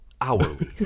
hourly